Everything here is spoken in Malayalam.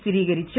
സ്ഥിരീകരിച്ചു